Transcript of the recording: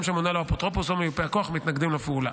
שמונה לו אפוטרופוס או מיופה הכוח מתנגדים לפעולה.